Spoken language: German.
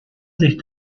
sich